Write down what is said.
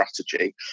strategy